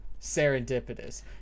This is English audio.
serendipitous